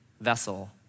vessel